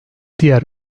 diğer